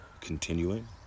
continuing